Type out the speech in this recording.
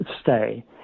stay